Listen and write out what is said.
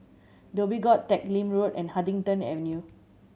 Dhoby Ghaut Teck Lim Road and Huddington Avenue